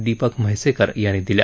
दीपक म्हैसेकर यांनी दिल्या